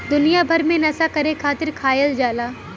दुनिया भर मे नसा करे खातिर खायल जाला